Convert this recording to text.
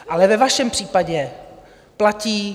Ale ve vašem případě platí